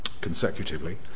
consecutively